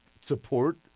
support